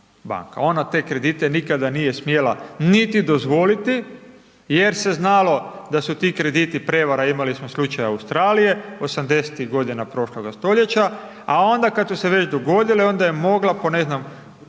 Ona te kredite nikada nije smjela niti dozvoliti, jer se znalo da su ti krediti prevara, imali smo slučaj Australije, '80.g. prošloga stoljeća, a onda kada su se već dogodile, onda je mogla, po ne znam,